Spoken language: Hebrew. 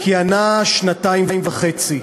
כיהנה שנתיים וחצי,